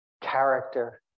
character